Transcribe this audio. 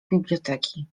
biblioteki